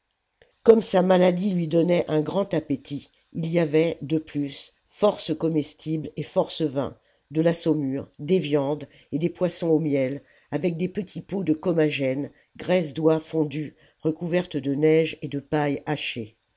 comme sa maladie lui donnait un grand appétit il y avait de plus force comestibles et force vins de la saumure des viandes et des poissons au miel avec des petits pots de comagène graisse d'oie fondue recouverte de neige et de pailîe hachée